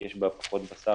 כי יש בה פחות בשר,